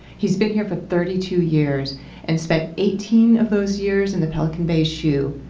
he's been here for thirty two years and spent eighteen of those years in the pelican bay shu,